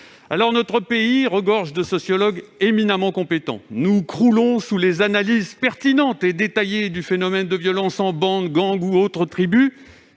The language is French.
Notre pays regorge de sociologues éminemment compétents. Nous croulons sous les analyses pertinentes et détaillées du phénomène de violences en bandes, gangs ou autres tribus.